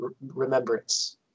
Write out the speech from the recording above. remembrance